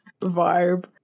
vibe